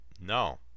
No